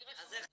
אז איך זה?